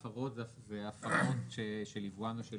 "הפרות" הכוונה להפרות של יבואן או של